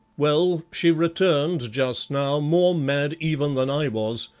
well, she returned just now more mad even than i was,